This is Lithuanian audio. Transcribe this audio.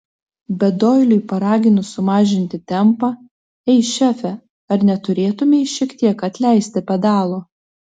bet doiliui paraginus sumažinti tempą ei šefe ar neturėtumei šiek tiek atleisti pedalo